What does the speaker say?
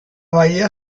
bahía